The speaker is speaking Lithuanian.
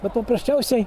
bet paprasčiausiai